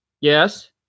Yes